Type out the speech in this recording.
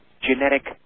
genetic